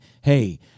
hey